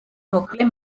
მოკლე